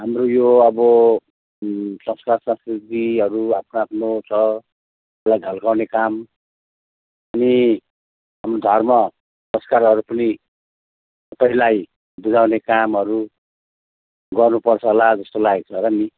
हाम्रो यो अब संस्कार संस्कृतिहरू आफ्नो आफ्नो छ त्यसलाई झल्काउने काम पनि अनि धर्म संस्कारहरू पनि सबैलाई बुझाउने कामहरू गर्नुपर्छ होला जस्तो लागेको छ र नि